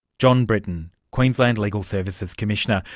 john briton, queensland legal services commissioner,